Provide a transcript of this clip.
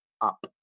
up